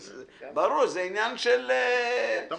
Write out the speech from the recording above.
--- ברור, זה עניין של -- תמחיר.